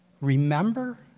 remember